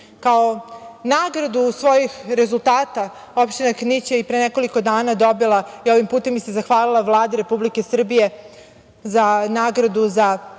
nagradu svojih rezultata, opština Knić je i pre nekoliko dana dobila, i ovim putem bih se zahvalila Vladi Republike Srbije, nagradu za